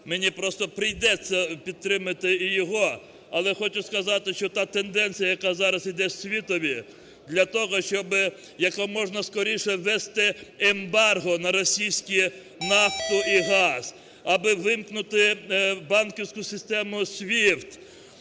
мені просто прийдеться підтримати і його. Але хочу сказати, що та тенденція, яка зараз іде в світові для того, щоби якомога скоріше ввести ембарго на російські нафту і газ, аби вимкнути банківську систему "SWIFT",